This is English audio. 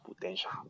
potential